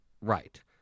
Right